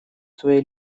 твоей